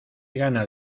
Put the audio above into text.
ganas